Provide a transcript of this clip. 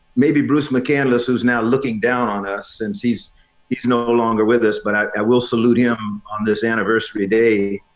maybe bruce mccandless, who's now looking down on us since he's he's no longer with us. but i will salute him on this anniversary day.